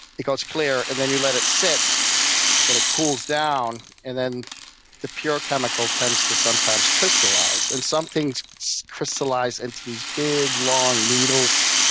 it goes clear. and then you let it sit and it cools down. and then the pure chemical tends to sometimes crystallize. and some things crystallize into this big, long needles,